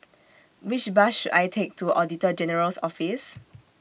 Which Bus should I Take to Auditor General's Office